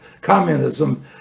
communism